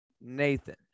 Nathan